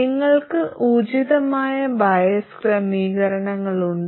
നിങ്ങൾക്ക് ഉചിതമായ ബയസ് ക്രമീകരണങ്ങളുണ്ട്